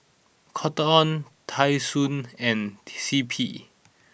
Cotton On Tai Sun and C P